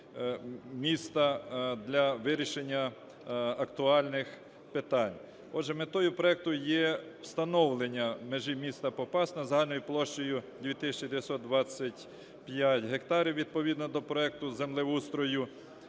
міста для вирішення актуальних питань. Отже, метою проекту є встановлення межі міста Попасної загальною площею 2 тисячі 925 гектарів відповідно до проекту землеустрою,